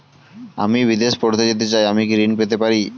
আমি বিদেশে পড়তে যেতে চাই আমি কি ঋণ পেতে পারি?